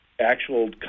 actual